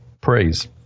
praise